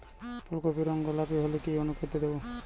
ফুল কপির রং গোলাপী হলে কি অনুখাদ্য দেবো?